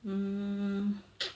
mm